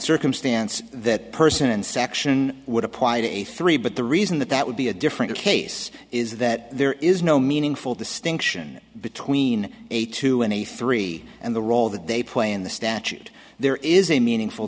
circumstance that person section would apply a three but the reason that that would be a different case is that there is no meaningful distinction between a two and a three and the role that they play in the statute there is a meaningful